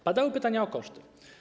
Padały pytania o koszty.